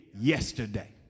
yesterday